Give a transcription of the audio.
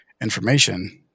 information